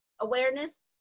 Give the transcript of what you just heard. awareness